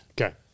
Okay